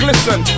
Listen